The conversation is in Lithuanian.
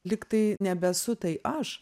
lygtai nebesu tai aš